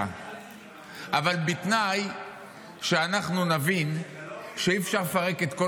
אבל בתנאי שאנחנו נבין שאי- אפשר לפרק את כל